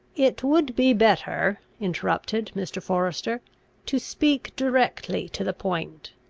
it would be better, interrupted mr. forester to speak directly to the point.